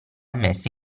messa